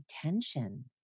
attention